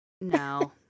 No